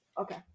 okay